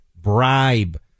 bribe